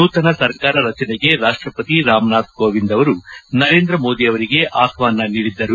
ನೂತನ ಸರ್ಕಾರ ರಚನೆಗೆ ರಾಷ್ಟಪತಿ ರಾಮನಾಥ್ ಕೋವಿಂದ್ ಅವರು ನರೇಂದ್ರ ಮೋದಿ ಅವರಿಗೆ ಆಹ್ವಾನ ನೀಡಿದ್ದರು